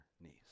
knees